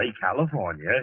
California